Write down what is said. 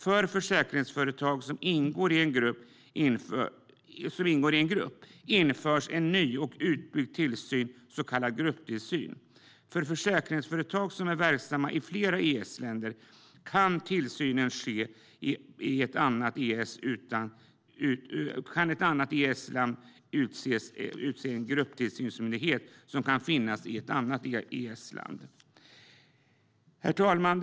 För försäkringsföretag som ingår i en grupp införs en ny och utbyggd tillsyn, en så kallad grupptillsyn. För försäkringsföretag som är verksamma i flera EES-länder kan det i EES utses en grupptillsynsmyndighet. Herr talman!